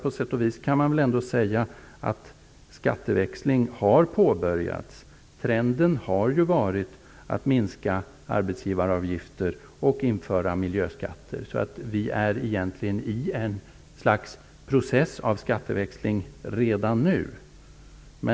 På sätt och vis kan man väl ändå säga att skatteväxling har påbörjats. Trenden har varit att minska arbetsgivaravgifter och införa miljöskatter. Vi är egentligen i ett slags process av skatteväxling redan nu.